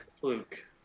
Fluke